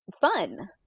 fun